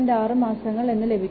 6 മാസങ്ങൾ എന്നും ലഭിക്കുന്നു